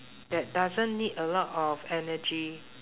that doesn't need a lot of energy